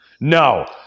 No